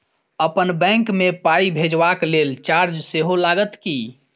अप्पन बैंक मे पाई भेजबाक लेल चार्ज सेहो लागत की?